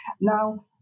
Now